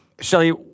Shelly